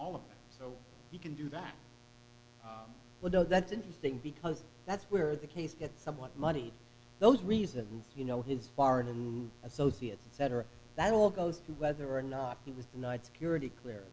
so you can do that but oh that's interesting because that's where the case get somewhat muddy those reasons you know his foreign and associates cetera that all goes to whether or not he was not security clear